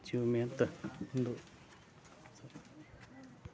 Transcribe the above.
ಜೀವ ವಿಮೆಯಿಂದ ಒಂದು